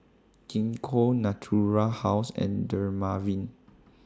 Gingko Natura House and Dermaveen